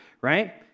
right